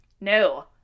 No